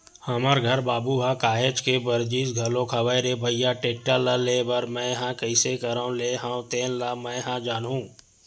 हमर घर बाबू ह काहेच के बरजिस घलोक हवय रे भइया टेक्टर ल लेय बर मैय ह कइसे करके लेय हव तेन ल मैय ह जानहूँ